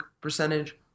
percentage